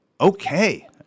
Okay